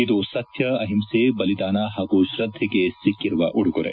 ಇದು ಸತ್ಕ ಅಹಿಂಸೆ ಬಲಿದಾನ ಹಾಗೂ ಶ್ರದ್ಧೆಗೆ ಸಿಕ್ಕಿರುವ ಉಡುಗೊರೆ